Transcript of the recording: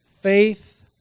faith